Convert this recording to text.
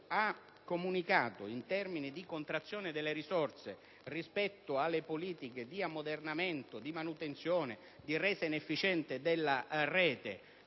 ha comunicato in termini di contrazione delle risorse rispetto alle politiche di ammodernamento, di manutenzione e di resa in efficienza della rete,